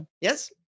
Yes